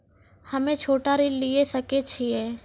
हम्मे छोटा ऋण लिये सकय छियै?